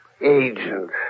agent